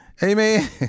Amen